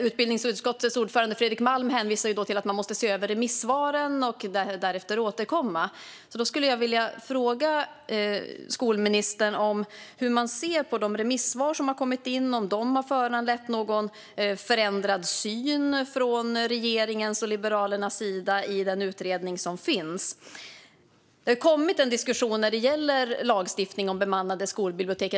Utbildningsutskottets ordförande Fredrik Malm hänvisar till att man måste se över remissvaren och därefter återkomma. Då skulle jag vilja fråga skolministern hur man ser på de remissvar som har kommit in och om de har föranlett någon förändrad syn från regeringens och Liberalernas sida på den utredning som finns. Det har kommit en diskussion när det gäller lagstiftning om bemannade skolbibliotek.